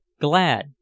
glad